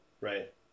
right